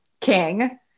king